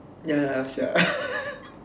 ya sia